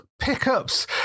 pickups